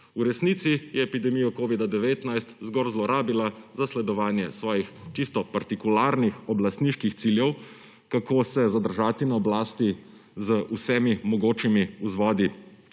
v resnici je epidemijo covida-19 zgolj zlorabila za zasledovanje svojih čisto partikularnih oblastniških ciljev, kako se zadržati na oblasti z vsemi mogočimi vzvodi